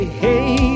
hey